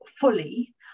fully